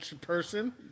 person